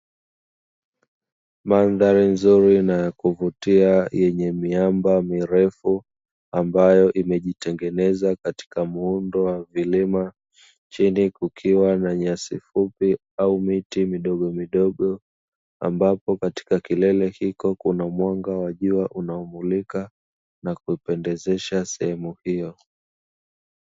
Mandhari nzuri na yakuvutia yenye miamba mirefu ambayo imejitengeneza katika muundo wa vilima nchini kukiwa na nyasi fupi au miti midogo midogo, ambapo katika kilele kiko kuna mwanga wa jua unaomulika na kuipendezesha sehemu hiyo.